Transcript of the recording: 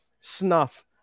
snuff